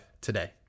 today